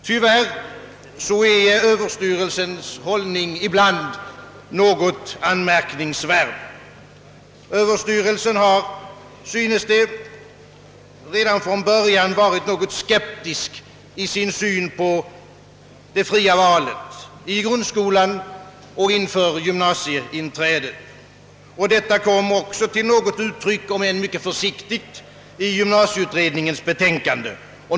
Tyvärr är överstyrelsens inställning ibland något anmärkningsvärd. Den har, synes det, varit något skeptisk i sin syn på det fria valet, i grundskolan och inför gymnasieinträdet, och detta kom också, om än mycket försiktigt, till uttryck i gymnasieutredningens betänkande.